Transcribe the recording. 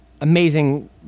amazing